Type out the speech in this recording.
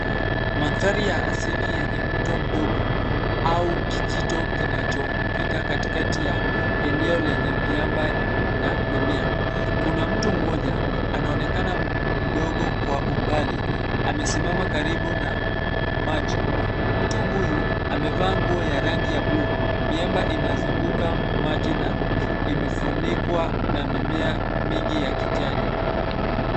Mandhari ya asili yenye mto mdogo au kijito kinachopita katikati ya eneo lenye miamba na mimea. Kuna mtu mmoja anaonekana mdogo kwa umbali, amesimama karibu na maji, mtu huyu amevaa nguo ya rangi ya blue . Miamba inazunguka maji na imefunikwa na mimea mingi ya kijani.